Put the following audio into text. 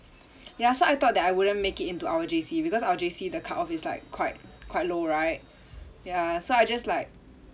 ya so I thought that I wouldn't make it into our J_C because our J_C the cut off is like quite quite low right ya so I just like